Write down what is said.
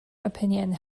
opinion